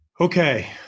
Okay